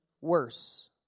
worse